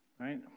right